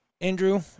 Andrew